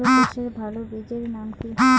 আলু চাষের ভালো বীজের নাম কি?